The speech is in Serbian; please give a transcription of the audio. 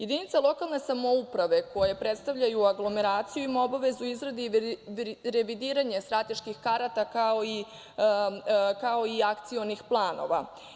Jedinice lokalne samouprave koje predstavljaju aglomeraciju ima obavezu izrade revidiranje strateških karata, kao i akcionih planova.